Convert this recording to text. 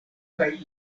kaj